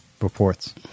reports